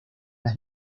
las